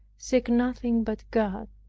seek nothing but god,